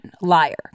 liar